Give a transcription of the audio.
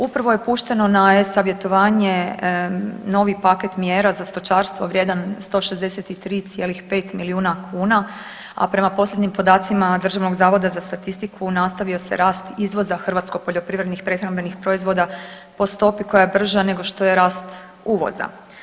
Upravo je pušteno na e-savjetovanje novi paket mjera za stočarstvo vrijedan 163,5 milijuna kuna, a prema posljednjim podacima Državnog zavoda za statistiku nastavio se rast izvoza hrvatskih poljoprivrednih prehrambenih proizvoda po stopi koja je brža nego što je rast uvoza.